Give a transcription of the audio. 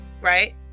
Right